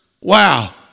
Wow